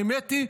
האמת היא,